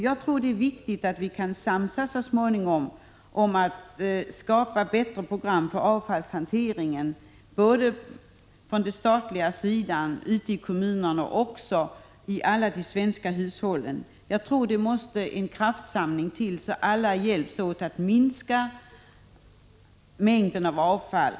Jag tror att det är viktigt att vi så småningom kan samsas om att skapa bättre program för avfallshanteringen både på den statliga sidan, ute i kommunerna och i de svenska hushållen. Det måste bli en kraftsamling, så att alla hjälps åt att minska mängden av avfall.